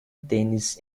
tênis